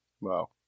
Wow